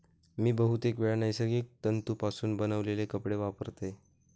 मी बहुतेकवेळा नैसर्गिक तंतुपासून बनवलेले कपडे वापरतय